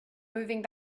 moving